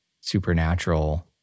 supernatural